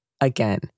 Again